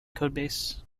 codebase